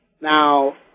Now